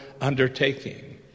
undertaking